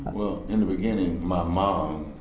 well, in the beginning, my mom,